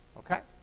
ok?